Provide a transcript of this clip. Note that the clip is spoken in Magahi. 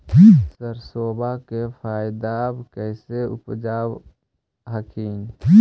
सरसोबा के पायदबा कैसे उपजाब हखिन?